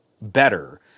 better